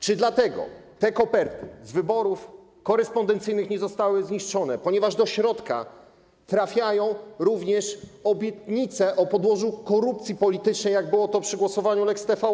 Czy te koperty z wyborów korespondencyjnych nie zostały zniszczone dlatego, że do środka trafiają również obietnice o podłożu korupcji politycznej, jak było to przy głosowaniu nad lex TVN?